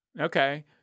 Okay